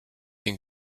den